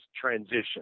transition